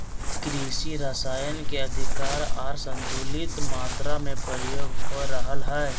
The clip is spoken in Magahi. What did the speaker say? कृषि रसायन के अधिक आर असंतुलित मात्रा में प्रयोग हो रहल हइ